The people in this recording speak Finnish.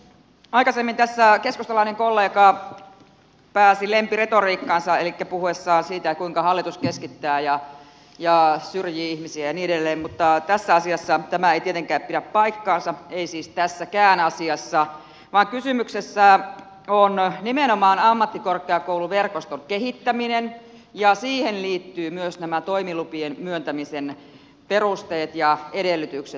aikaisemmin tässä keskustalainen kollega pääsi lempiretoriikkaansa puhuessaan siitä kuinka hallitus keskittää ja syrjii ihmisiä ja niin edelleen mutta tässä asiassa tämä ei tietenkään pidä paikkaansa ei siis tässäkään asiassa vaan kysymyksessä on nimenomaan ammattikorkeakouluverkoston kehittäminen ja siihen liittyvät myös nämä toimilupien myöntämisen perusteet ja edellytykset